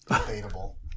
Debatable